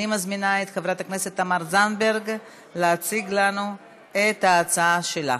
אני מזמינה את חברת הכנסת תמר זנדברג להציג את ההצעה שלה.